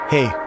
Hey